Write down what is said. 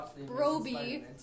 Broby